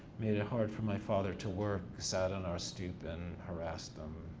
made it hard for my father to work, sat on our stoop and harassed them,